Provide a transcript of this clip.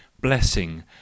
blessing